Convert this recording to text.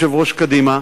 יושב-ראש קדימה,